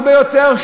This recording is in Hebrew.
הרבה יותר,